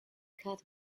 cut